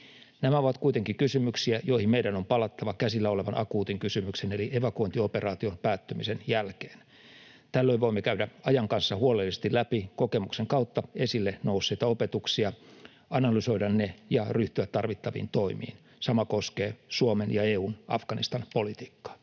Nämä ovat kuitenkin kysymyksiä, joihin meidän on palattava käsillä olevan akuutin kysymyksen eli evakuointioperaation päättymisen jälkeen. Tällöin voimme käydä ajan kanssa huolellisesti läpi kokemuksen kautta esille nousseita opetuksia, analysoida ne ja ryhtyä tarvittaviin toimiin. Sama koskee Suomen ja EU:n Afganistan-politiikkaa.